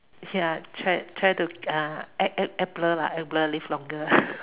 ya try try to uh act act act blur lah act blur live longer lah